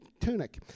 tunic